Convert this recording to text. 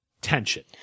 tension